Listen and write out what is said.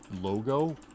logo